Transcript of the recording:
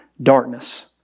darkness